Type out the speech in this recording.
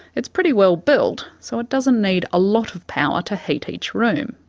it's pretty well built so it doesn't need a lot of power to heat each room,